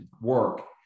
work